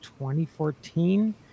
2014